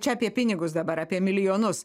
čia apie pinigus dabar apie milijonus